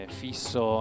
fisso